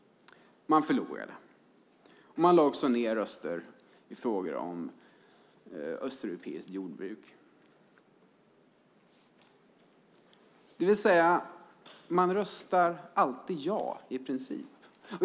Man förlorade. Man lade också ned sin röst i frågor om östeuropeiskt jordbruk. Man röstade alltså i princip alltid ja.